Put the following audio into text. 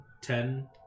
Ten